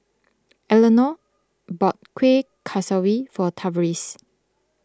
Elenor bought Kueh Kaswi for Tavaris